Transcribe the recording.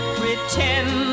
pretend